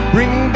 Bring